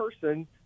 person